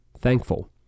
thankful